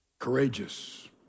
Courageous